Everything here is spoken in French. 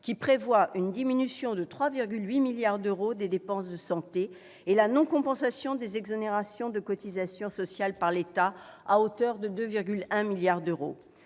qui prévoit une diminution de 3,8 milliards d'euros des dépenses de santé et la non-compensation des exonérations de cotisations sociales par l'État à hauteur de 2,1 milliards d'euros,